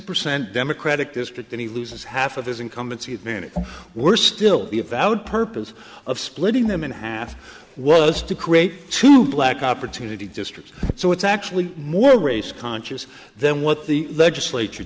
percent democratic district then he loses half of his incumbency advantage we're still be valid purpose of splitting them in half was to create two black opportunity districts so it's actually more race conscious then what the legislature